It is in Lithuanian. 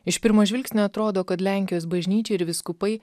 iš pirmo žvilgsnio atrodo kad lenkijos bažnyčia ir vyskupai